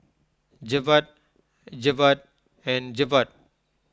Jebat Jebat and Jebat